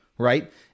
Right